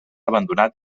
abandonat